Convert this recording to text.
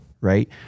right